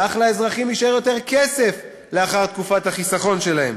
כך לאזרחים יישאר יותר כסף לאחר תקופת החיסכון שלהם.